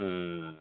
ம்